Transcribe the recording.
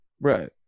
right